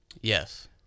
Yes